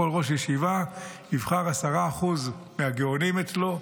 כל ראש ישיבה יבחר 10% מהגאונים אצלו,